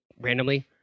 randomly